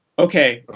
okay.